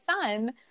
son